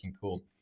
cool